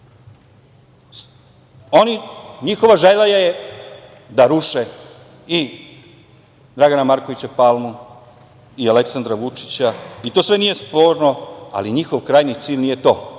ruše. Njihova želja je da ruše i Dragana Markovića Palmu i Aleksandra Vučića. Sve to nije sporno. Ali, njihov krajnji cilj nije to.